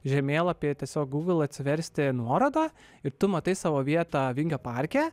žemėlapyje tiesiog gugl atsiversti nuorodą ir tu matai savo vietą vingio parke